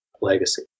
legacy